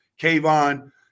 Kayvon